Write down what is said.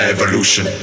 Evolution